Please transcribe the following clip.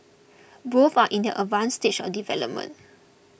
both are in their advanced stage of development